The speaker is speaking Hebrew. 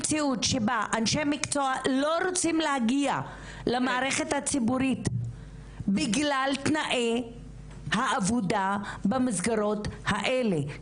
לא רוצים להגיע למערכת הציבורית בגלל תנאי העבודה במסגרות האלה?